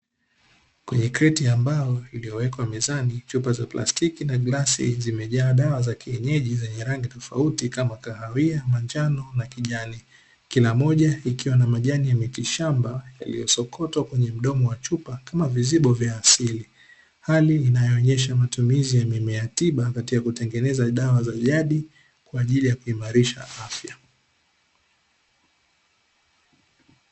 kwenye kreti ya mbao iliowekwa mezani, chupa za plastiki zimejaa dawa za kienyej